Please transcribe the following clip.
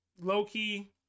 low-key